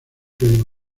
pedro